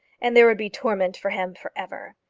and there would be torment for him for ever.